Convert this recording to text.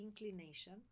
inclination